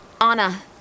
Anna